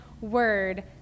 word